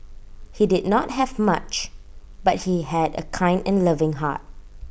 he did not have much but he had A kind and loving heart